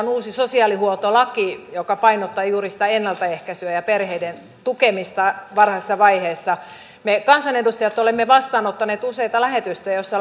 on uusi sosiaalihuoltolaki joka painottaa juuri sitä ennaltaehkäisyä ja perheiden tukemista varhaisessa vaiheessa me kansanedustajat olemme vastaanottaneet useita lähetystöjä joista